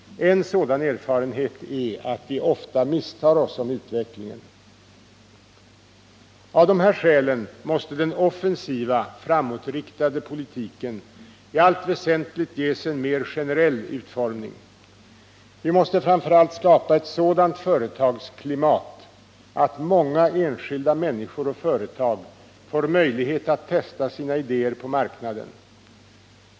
En sådan erfarenhet är att vi ofta misstar oss om utvecklingen! Av de här skälen måste den offensiva, framtidsinriktade politiken i allt väsentligt ges en mer generell utformning. Vi måste framför allt skapa ett sådant företagsklimat att många enskilda människor och företag får möjlighet att testa sina idéer på marknaden.